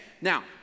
now